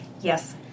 yes